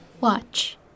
watch